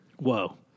Whoa